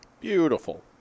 Beautiful